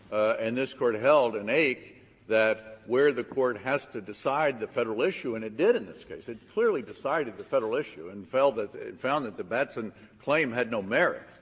and this court held in ake that, where the court has to decide the federal issue and it did in this case. it clearly decided the federal issue and felt that the found that the batson claim had no merit.